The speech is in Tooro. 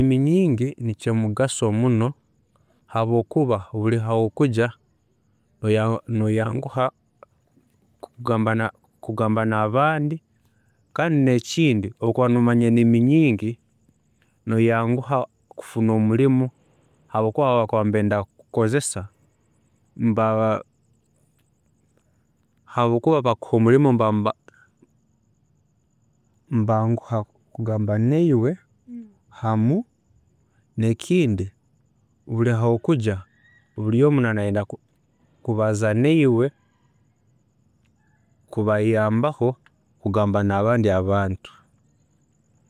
﻿endimi nyingi nikyomugaso muno habwokuba buri ahokujya noyanguha kugamba nabandi kandi nekindi obu okuba nomanya endimi nyingi, noyanguha kufuna omurimo habwokuba abakwenda kukukozesa nibaba nibanguha kugamba naiwe hamu n'ekindi buri ahu okujya buri omu naaba nayenda kubaza naiwe kubayambaho kugamba n'abandi abantu